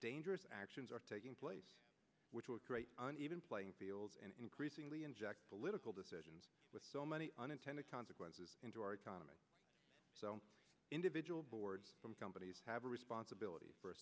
dangerous actions are taking place which would create an even playing field and increasingly inject political decisions with so many unintended consequences into our economy so individual boards from companies have sponsibility